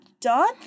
done